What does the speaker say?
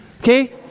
okay